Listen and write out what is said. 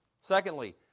Secondly